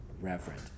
reverent